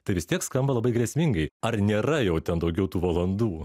tai vis tiek skamba labai grėsmingai ar nėra jau ten daugiau tų valandų